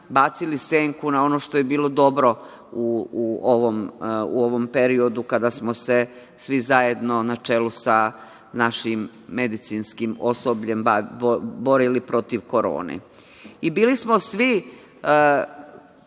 senku na ono što je bilo dobro u ovom periodu kada smo se svi zajedno na čelu sa našim medicinskim osobljem borili protiv Korone. Bili smo svi,